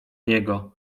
niego